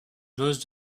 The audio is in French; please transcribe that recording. joueuse